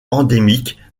endémique